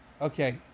okay